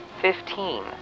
fifteen